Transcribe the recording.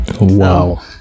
wow